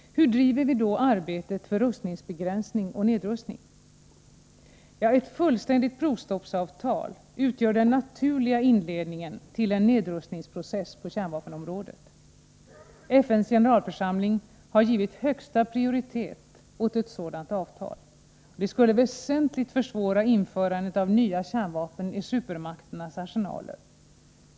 Hur driver vi då arbetet för rustningsbegränsning och nedrustning? Ett fullständigt provstoppsavtal utgör den naturliga inledningen till en nedrustningsprocess på kärnvapenområdet. FN:s generalförsamling har givit högsta prioritet åt ett sådant avtal. Det skulle väsentligt försvåra införandet av nya kärnvapen i supermakternas arsenaler.